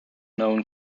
known